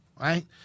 Right